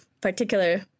particular